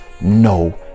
no